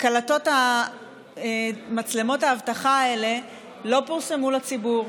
קלטות מצלמות האבטחה האלה לא פורסמו לציבור,